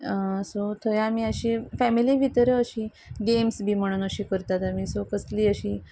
so थंय आमी अशी फॅमिली भितर अशी गेम्स बी म्हणून अशी करतात आमी सो कसली अशी